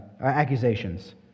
accusations